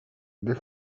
the